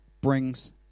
brings